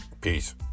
peace